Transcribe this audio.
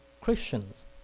Christians